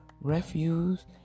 Refuse